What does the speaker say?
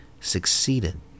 succeeded